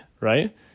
Right